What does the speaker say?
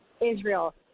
Israel